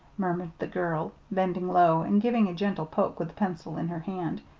murmured the girl, bending low and giving a gentle poke with the pencil in her hand.